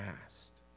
past